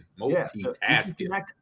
multitasking